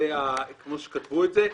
זה כמו שכתבו את זה.